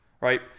right